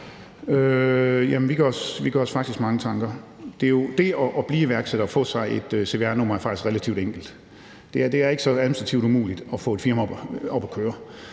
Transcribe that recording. Vi gør os faktisk mange tanker. Det at blive iværksætter og få sig et cvr-nr. er faktisk relativt enkelt. Det er ikke så administrativt umuligt at få et firma op at køre.